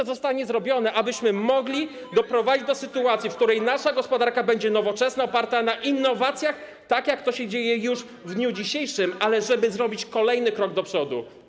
Co zostanie zrobione, abyśmy mogli doprowadzić do sytuacji, w której nasza gospodarka będzie nowoczesna, oparta na innowacjach, tak jak to się dzieje już w dniu dzisiejszym, ale żeby zrobić kolejny krok do przodu?